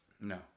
No